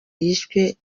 yishwe